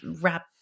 wrap